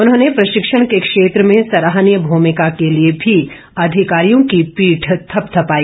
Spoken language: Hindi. उन्होंने प्रशिक्षण के क्षेत्र में सराहनीय भूमिका के लिए भी अधिकारियों की पीठ थपथपाई